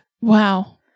Wow